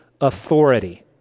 authority